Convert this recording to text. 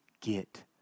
get